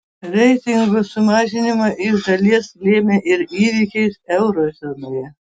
reitingo sumažinimą iš dalies lėmė ir įvykiai euro zonoje